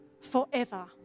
forever